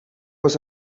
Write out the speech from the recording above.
was